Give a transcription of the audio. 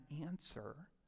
answer